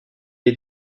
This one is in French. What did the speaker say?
est